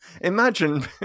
imagine